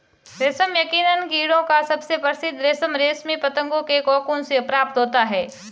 रेशम यकीनन कीड़ों का सबसे प्रसिद्ध रेशम रेशमी पतंगों के कोकून से प्राप्त होता है